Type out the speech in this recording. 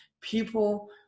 people